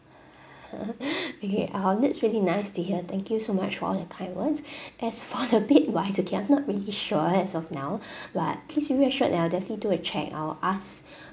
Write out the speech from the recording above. okay um that's really nice to hear thank you so much for all the kind words as for the bed wise okay I'm not really sure as of now but please be reassured that I'll definitely do a check I'll ask